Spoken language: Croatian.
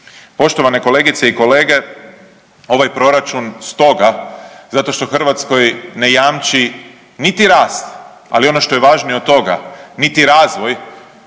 Poštovane kolegice i kolege, ovaj proračun stoga zato što Hrvatskoj ne jamči niti rast, ali ono što je važnije od toga niti razvoj,